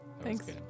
thanks